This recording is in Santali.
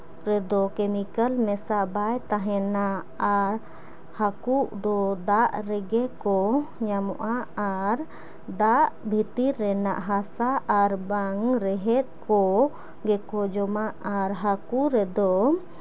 ᱨᱮᱫᱚ ᱠᱮᱢᱤᱠᱮᱞ ᱢᱮᱥᱟ ᱵᱟᱭ ᱛᱟᱦᱮᱱᱟ ᱟᱨ ᱦᱟᱹᱠᱩ ᱫᱚ ᱫᱟᱜ ᱨᱮᱜᱮ ᱠᱚ ᱧᱟᱢᱚᱜᱼᱟ ᱟᱨ ᱫᱟᱜ ᱵᱷᱤᱛᱤᱨ ᱨᱮᱱᱟᱜ ᱦᱟᱥᱟ ᱟᱨ ᱵᱟᱝ ᱨᱮᱦᱮᱫ ᱠᱚ ᱜᱮᱠᱚ ᱡᱚᱢᱟ ᱟᱨ ᱦᱟᱹᱠᱩ ᱨᱮᱫᱚ